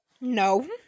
No